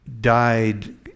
died